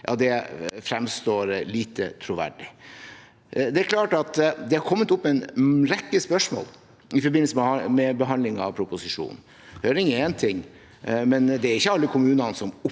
fremstår lite troverdig. Det har kommet en rekke spørsmål i forbindelse med behandlingen av proposisjonen. Høring er én ting, men det er ikke alle kommunene som oppfatter